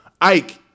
Ike